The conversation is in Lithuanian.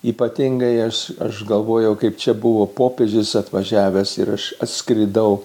ypatingai aš aš galvojau kaip čia buvo popiežius atvažiavęs ir aš atskridau